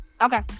Okay